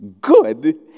good